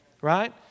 Right